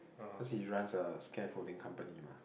cause he runs a scaffolding company